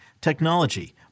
technology